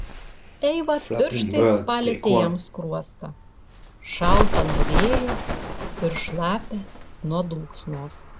eiva pirštais palietė jam skruostą šaltą nuo vėjo ir šlapią nuo dulksnos